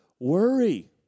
worry